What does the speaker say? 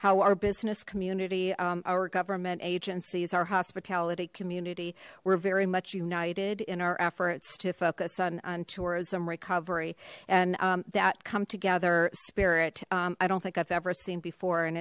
how our business community our government agencies our hospitality community were very much united in our efforts to focus on tourism recovery and that come together spirit i don't think i've ever seen before and